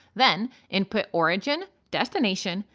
then input origin, destination,